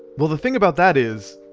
well, the thing about that is.